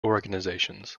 organizations